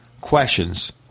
questions